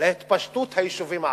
להתפשטות היישובים הערביים.